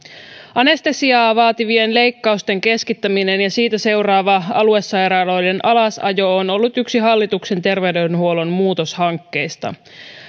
anestesiaa vaativien leikkausten keskittäminen ja siitä seuraava aluesairaaloiden alasajo on ollut yksi hallituksen terveydenhuollon muutoshankkeista